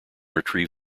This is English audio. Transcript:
retrieve